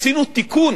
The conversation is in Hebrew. עשינו תיקון.